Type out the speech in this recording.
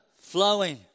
flowing